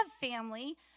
family